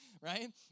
Right